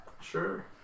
Sure